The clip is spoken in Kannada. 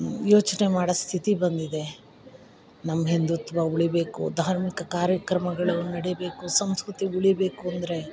ಯೋಚನೆ ಮಾಡೋ ಸ್ಥಿತಿ ಬಂದಿದೆ ನಮ್ಮ ಹಿಂದುತ್ವ ಉಳಿಬೇಕು ಧಾರ್ಮಿಕ ಕಾರ್ಯಕ್ರಮಗಳು ನಡಿಬೇಕು ಸಂಸ್ಕೃತಿ ಉಳಿಬೇಕು ಅಂದರೆ